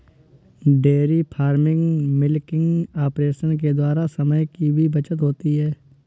dairy farming milking operation के द्वारा समय की भी बचत होती है